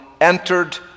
entered